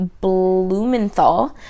Blumenthal